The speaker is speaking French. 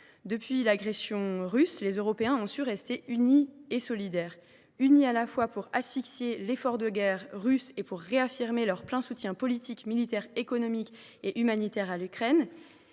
Depuis l’agression russe, les Européens ont su rester unis et solidaires. Ils sont restés unis à la fois pour asphyxier l’effort de guerre russe et pour réaffirmer leur plein soutien politique, militaire, économique et humanitaire à l’Ukraine.